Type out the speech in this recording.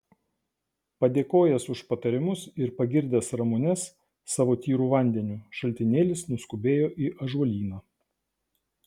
padėkojęs už patarimus ir pagirdęs ramunes savo tyru vandeniu šaltinėlis nuskubėjo į ąžuolyną